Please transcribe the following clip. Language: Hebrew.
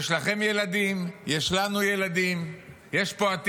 יש לכם ילדים, יש לנו ילדים, יש פה עתיד.